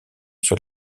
sur